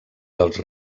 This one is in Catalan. dels